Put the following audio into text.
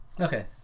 Okay